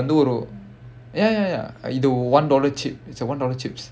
uh வந்து ஒரு:vandhu oru ya ya ya one dollar chip it's a one dollar chips